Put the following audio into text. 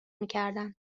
میکردند